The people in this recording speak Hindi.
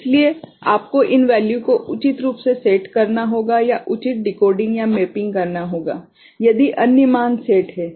इसलिए आपको इन वैल्यूको उचित रूप से सेट करना होगा या उचित डिकोडिंग या मैपिंग करना होगा यदि अन्य मान सेट हैं